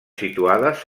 situades